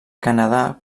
canadà